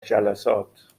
جلسات